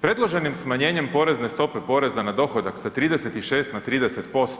Predloženim smanjenjem porezne stope poreza na dohodak sa 36 na 30%